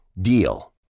DEAL